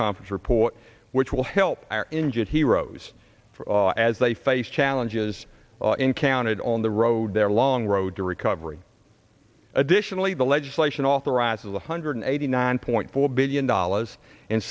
conference report which will help our injured heroes for all as they face challenges encountered on the road their long road to recovery additionally the legislation authorizes one hundred eighty nine point four billion dollars in